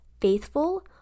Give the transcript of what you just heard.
faithful